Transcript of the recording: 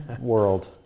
world